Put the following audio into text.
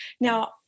Now